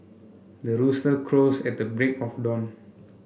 the rooster crows at the break of dawn